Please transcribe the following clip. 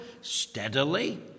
steadily